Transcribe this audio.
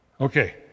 Okay